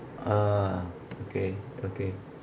ah okay okay